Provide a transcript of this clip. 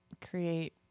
create